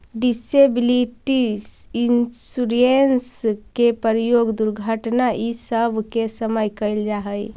disability insurance के प्रयोग दुर्घटना इ सब के समय कैल जा हई